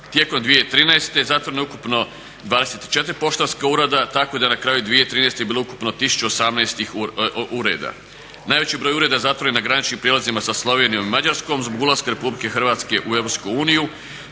Tijekom 2013.zatvoreno je ukupno 24 poštanska ureda tako da je na kraju 2013.bilo ukupno 1018 ureda. Najveći broj ureda zatvoren je na graničnim prijelazima sa Slovenijom i Mađarskom zbog ulaska RH u EU kada je